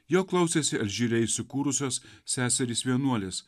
jo klausėsi alžyre įsikūrusios seserys vienuolės